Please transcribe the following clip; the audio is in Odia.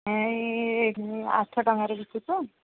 ଏଇ ଆଠ ଟଙ୍କାରେ ବିକୁଛୁ